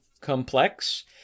complex